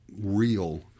real